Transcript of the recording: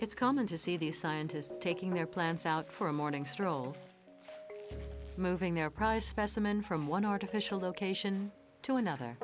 it's common to see these scientists taking their plants out for a morning stroll moving their price specimen from one artificial location to another